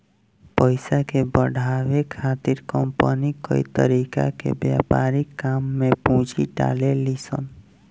पइसा के बढ़ावे खातिर कंपनी कई तरीका के व्यापारिक काम में पूंजी डलेली सन